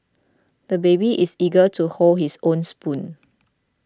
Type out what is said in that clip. the baby is eager to hold his own spoon